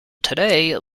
today